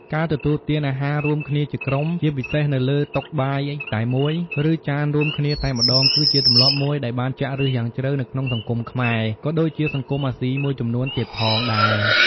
ការទទួលទានអាហាររួមគ្នាជាក្រុម ជាពិសេសនៅលើតុបាយតែមួយ ឬចានរួមគ្នាតែម្តង គឺជាទម្លាប់មួយដែលបានចាក់ឫសយ៉ាងជ្រៅនៅក្នុងសង្គមខ្មែរ ក៏ដូចជាសង្គមអាស៊ីមួយចំនួនទៀតផងដែរ។